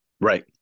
right